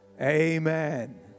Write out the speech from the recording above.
Amen